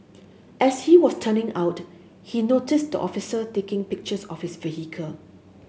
as he was turning out he noticed the officer taking pictures of his vehicle